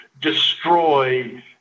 destroy